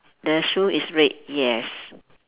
the shoe is red yes